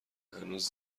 هنوز